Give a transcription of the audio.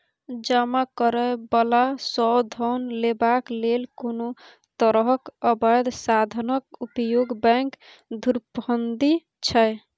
जमा करय बला सँ धन लेबाक लेल कोनो तरहक अबैध साधनक उपयोग बैंक धुरफंदी छै